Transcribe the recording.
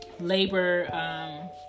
labor